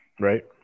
Right